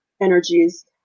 energies